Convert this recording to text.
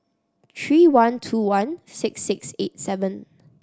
three one two one six six eight seven